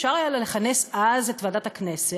אפשר היה לכנס אז את ועדת הכנסת,